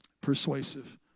Persuasive